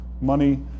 money